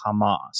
Hamas